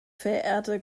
verehrte